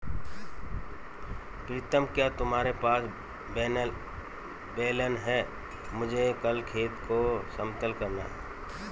प्रीतम क्या तुम्हारे पास बेलन है मुझे कल खेत को समतल करना है?